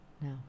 No